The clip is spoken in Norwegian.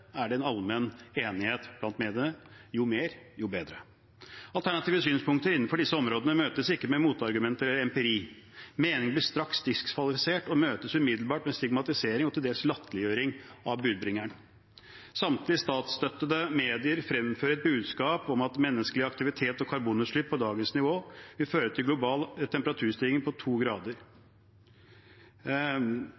er det en allmenn enighet blant mediene: Jo mer, jo bedre. Alternative synspunkter innenfor disse områdene møtes ikke med motargumenter eller empiri. Meningene blir straks diskvalifisert og møtes umiddelbart med stigmatisering og til dels latterliggjøring av budbringeren. Samtlige statsstøttede medier fremfører et budskap om at menneskelig aktivitet og karbonutslipp på dagens nivå vil føre til en global temperaturstigning på to grader.